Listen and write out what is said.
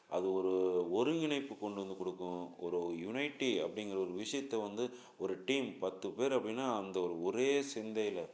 அது ஒரு ஒருங்கிணைப்பு கொண்டு வந்து கொடுக்கும் ஒரு யுனைட்டி அப்டிங்கிற ஒரு விஷயத்த வந்து ஒரு டீம் பத்துப் பேர் அப்படின்னா அந்த ஒரே சிந்தையில்